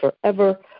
forever